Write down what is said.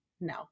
no